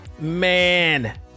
man